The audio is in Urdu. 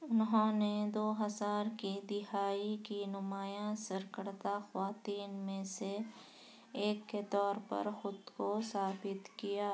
اُنہوں نے دو ہزار کی دہائی کی نمایاں سرکردہ خواتین میں سے ایک کے طور پر خود کو ثابت کیا